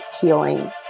healing